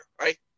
Right